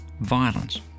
violence